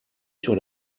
sur